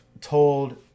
told